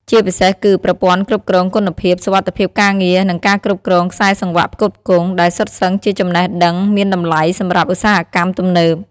ជាពិសេសគឺ ប្រព័ន្ធគ្រប់គ្រងគុណភាព សុវត្ថិភាពការងារ និងការគ្រប់គ្រងខ្សែសង្វាក់ផ្គត់ផ្គង់ ដែលសុទ្ធសឹងជាចំណេះដឹងមានតម្លៃសម្រាប់ឧស្សាហកម្មទំនើប។